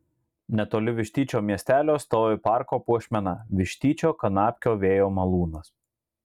netoli vištyčio miestelio stovi parko puošmena vištyčio kanapkio vėjo malūnas